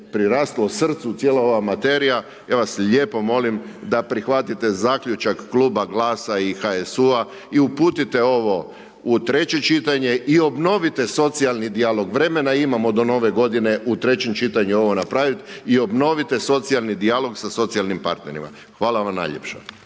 priraslo srcu cijela ova materija, ja vas lijepo molim da prihvatite zaključak kluba GLAS-a i HSU-a i uputite ovo u treće čitanje i obnovite socijalni dijalog. Vremena imamo do nove godine u trećem čitanju ovo napravit i obnovite socijalni dijalog sa socijalnim partnerima. Hvala vam najljepša.